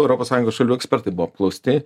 europos sąjungos šalių ekspertai buvo apklausti